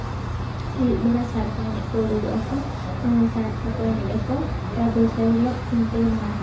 ᱟᱭᱩᱵ ᱵᱮᱲᱟ ᱥᱟᱲᱯᱟ ᱮᱱᱮᱡ ᱠᱚ ᱩᱰᱩᱠᱚᱜᱼᱟ ᱠᱚ ᱚᱱᱟ ᱥᱟᱲᱯᱟ ᱠᱚ ᱮᱱᱮᱡ ᱟᱠᱚ ᱛᱟᱨ ᱫᱚᱥᱟᱨ ᱦᱤᱞᱳᱜ ᱠᱷᱩᱱᱴᱟᱹᱣ ᱢᱟᱦᱟ